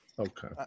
Okay